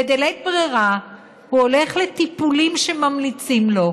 בלית ברירה הוא הולך לטיפולים שממליצים לו,